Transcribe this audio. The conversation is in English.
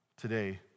Today